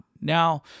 Now